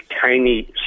tiny